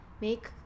Make